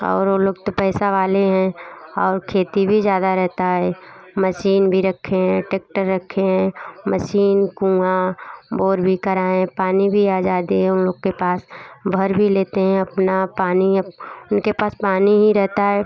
और ओ लोग तो पैसा वाले हैं और खेती भी जादा रहता है मसीन भी रखे हैं टेक्टर रखे हैं मसीन कुआं बोर भी कराए हैं पानी भी आजादी है उन लोग के पास भर भी लेते हैं अपना पानी अब उनके पास पानी ही रहता है